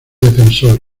defensor